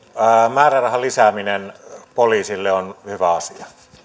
määrärahan lisääminen poliisille on hyvä asia